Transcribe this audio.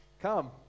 come